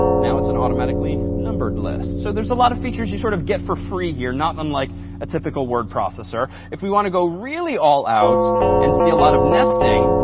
now it's an automatically numbered list. so there's a lot of features you sort of get for free here, not unlike a typical word processor. if we want to go really all out and see a lot of nesting,